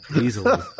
easily